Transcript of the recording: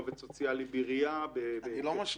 או עובד סוציאלי בעירייה --- אני לא משווה.